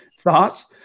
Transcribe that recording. Thoughts